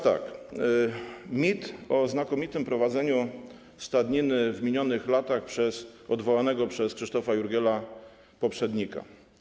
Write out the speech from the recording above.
Teraz mit o znakomitym prowadzeniu stadniny w minionych latach przez odwołanego przez Krzysztofa Jurgiela poprzednika.